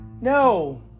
No